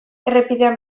errepidean